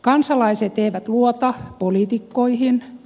kansalaiset eivät luota poliitikkoihin